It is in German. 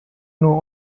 nur